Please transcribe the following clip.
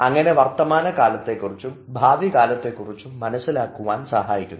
അങ്ങനെ വർത്തമാന കാലത്തെ കുറിച്ചും ഭാവി കാലത്തെ കുറിച്ചും മനസ്സിലാക്കുവാൻ സാധിക്കുന്നു